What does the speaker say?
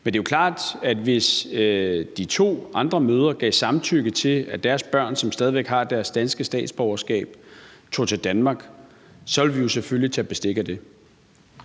Men det er jo klart, at hvis de to andre mødre gav samtykke til, at deres børn, som stadig væk har deres danske statsborgerskab, tog til Danmark, så ville vi selvfølgelig tage bestik af det.